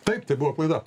taip tai buvo klaida